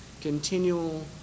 continual